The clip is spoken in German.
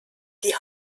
die